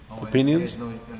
opinions